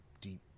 deep